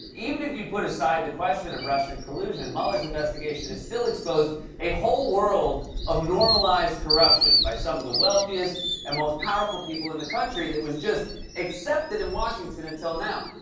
even if you put aside the question of russian collusion, mueller's investigation has still exposed a whole world of normalized corruption by some of the wealthiest and most powerful people in the country that was just accepted in washington until now.